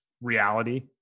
reality